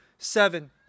Seven